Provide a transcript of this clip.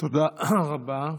תודה רבה.